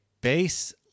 base